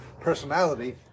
personality